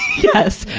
yes.